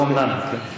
לא התחייבתי על התשובה.